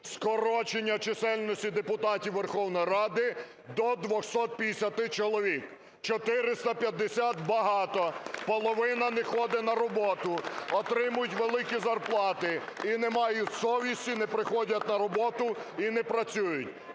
скорочення чисельності депутатів Верховної Ради до 250 чоловік. 450 – багато. Половина не ходить на роботу, отримують великі зарплати і не мають совісті, не приходять на роботу і не працюють.